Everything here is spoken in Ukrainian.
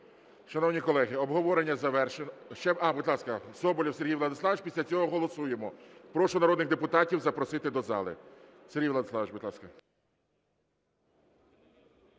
Шановні колеги, обговорення завершено… А, будь ласка, Соболєв Сергій Владиславович. Після цього голосуємо. Прошу народних депутатів запросити до зали. Сергій Владиславович, будь ласка.